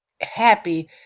happy